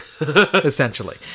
essentially